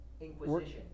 inquisition